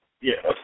Yes